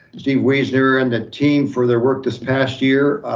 steve wiesner and the team for their work this past year.